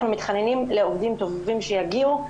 אנחנו מתחננים לעובדים טובים שיגיעו.